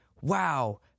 wow